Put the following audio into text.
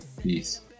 Peace